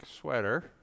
sweater